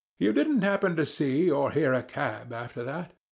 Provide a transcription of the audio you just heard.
you didn't happen to see or hear a cab after that?